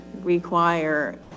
require